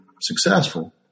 successful